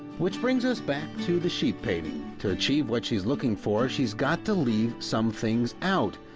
which brings us back to the sheep painting. to achieve what she's looking for she's got to leave some things out.